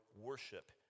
worship